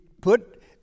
put